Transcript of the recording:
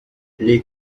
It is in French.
les